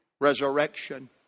resurrection